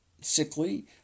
sickly